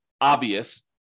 obvious